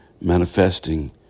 manifesting